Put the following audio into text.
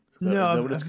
No